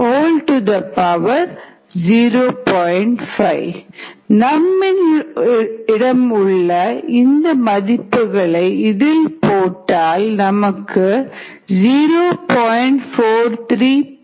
5 நம்மிடமுள்ள மதிப்புகளை இதில் போட்டால் Dm 0